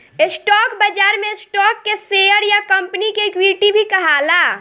stock बाजार में stock के शेयर या कंपनी के इक्विटी भी कहाला